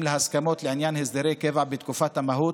להסכמות לעניין הסדרי קבע בתקופת המהו"ת,